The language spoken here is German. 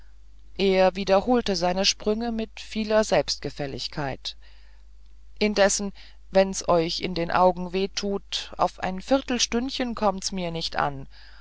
er wiederholte seine sprünge mit vieler selbstgefälligkeit indessen wenn's euch in den augen weh tut auf ein viertelstündchen kommt mir's nicht an